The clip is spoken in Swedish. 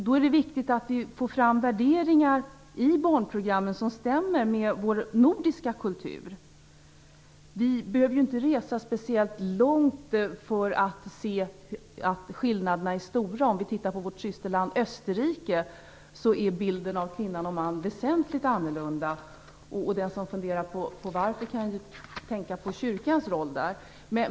Då är det viktigt att vi får fram värderingar i barnprogrammen som stämmer med vår nordiska kultur. Vi behöver ju inte resa speciellt långt för att se att skillnaderna är stora. Om vi tittar på vårt systerland Österrike finner vi att bilden av kvinnan och mannen där är väsentligt annorlunda, och den som funderar över varför det är så kan ju tänka på kyrkans roll där.